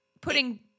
Putting